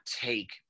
take